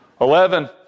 Eleven